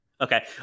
Okay